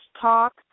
Talk